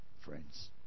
Friends